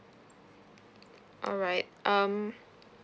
alright um